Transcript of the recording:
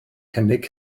cynnig